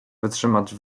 wytrzymać